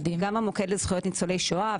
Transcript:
גם המוקד לזכויות ניצולי שואה,